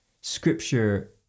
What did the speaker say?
scripture